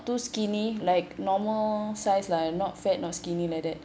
too skinny like normal size lah not fat or skinny like that